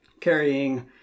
carrying